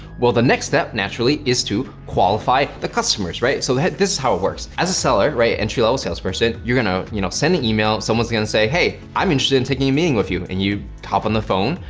well, the next step naturally is to qualify the customers right? so this is how it works as a seller, right? entry level salesperson, you're gonna you know send an email, someone's gonna say, hey, i'm interested in taking a meeting with you and you talk on the phone,